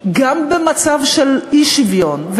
גם במצב של אי-שוויון,